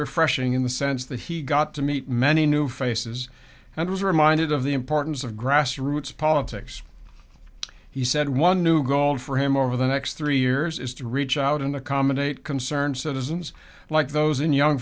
refreshing in the sense that he got to meet many new faces and was reminded of the importance of grassroots politics he said one new goal for him over the next three years is to reach out and accommodate concerned citizens like those in young